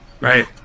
Right